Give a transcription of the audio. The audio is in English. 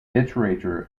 iterator